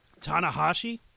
Tanahashi